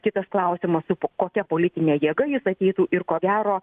kitas klausimas kokia politine jėga jis ateitų ir ko gero